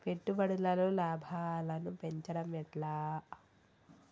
పెట్టుబడులలో లాభాలను పెంచడం ఎట్లా?